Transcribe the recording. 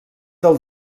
del